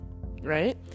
right